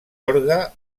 orgue